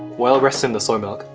while resting the soy milk,